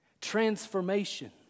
Transformation